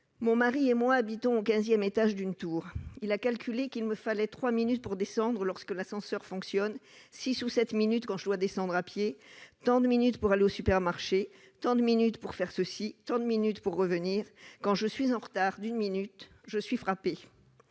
Mon mari et moi habitons au quinzième étage d'une tour. Il a calculé qu'il me fallait trois minutes pour descendre lorsque l'ascenseur fonctionne, six ou sept minutes quand je dois descendre à pied, tant de minutes pour aller au supermarché, tant de minutes pour faire ceci, tant de minutes pour revenir. Quand je suis en retard d'une minute, je suis frappée.